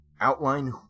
outline